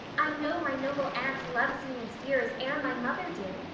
i know my noble aunt loves me as dear as e'er my mother did,